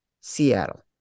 Seattle